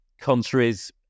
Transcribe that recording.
countries